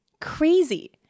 Crazy